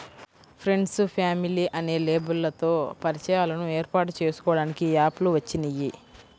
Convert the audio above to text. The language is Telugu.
ఫ్రెండ్సు, ఫ్యామిలీ అనే లేబుల్లతో పరిచయాలను ఏర్పాటు చేసుకోడానికి యాప్ లు వచ్చినియ్యి